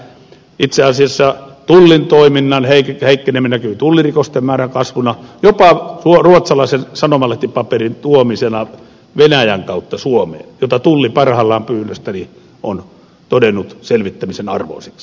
itse asiassa tullin toiminnan heikkeneminen näkyy tullirikosten määrän kasvuna jopa ruotsalaisen sanomalehtipaperin tuomisena venäjän kautta suomeen minkä tulli parhaillaan pyynnöstäni on todennut selvittämisen arvoiseksi